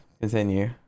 Continue